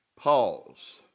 Pause